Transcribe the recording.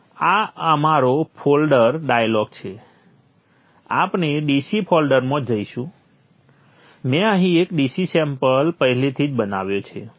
તો આ અમારો ફોલ્ડર ડાયલોગ છે આપણે DC ફોલ્ડરમાં જઈશું મેં અહીં એક DC સેમ્પલ પહેલેથી જ બનાવ્યો છે